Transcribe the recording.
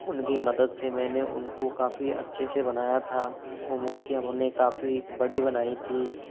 उनकी मदद से मैंने उनको काफ़ी अच्छे से बनाया था वो मूर्तियाँ उन्हें काफ़ी बड़ी बनाई थी